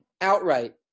outright